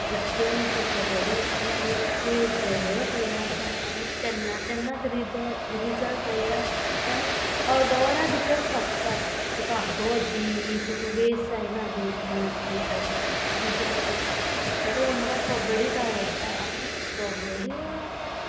कितेंय आसूं कबड्डी इतल्यान एक ते वेगळोच हें आसा आनी तेन्ना तेन्नाच रिजल्ट रिजल्ट कळटा आनी अर्द वरां भितर सोंपता तुका आखो दीस असो वेस्ट जायना दोन दीस बी तेशें रिजल्ट करपाक तेका लागून म्हाका कबड्डीत आवडटा आनी ती कबड्डी आतां